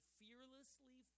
fearlessly